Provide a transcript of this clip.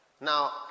Now